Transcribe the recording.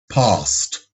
passed